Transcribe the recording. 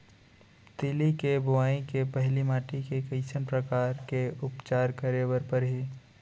तिलि के बोआई के पहिली माटी के कइसन प्रकार के उपचार करे बर परही?